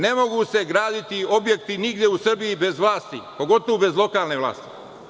Ne mogu se graditi objekti nigde u Srbiji bez vlasti, pogotovu bez lokalne vlasti.